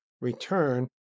return